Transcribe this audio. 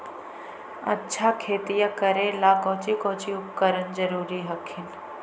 अच्छा खेतिया करे ला कौची कौची उपकरण जरूरी हखिन?